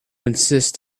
insist